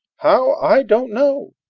how, i don't know.